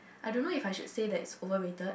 I don't know if I should say that it's overrated